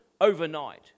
overnight